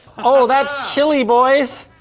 oh, that's chilly boys!